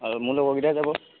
অঁ মোৰ লগৰকিটা যাব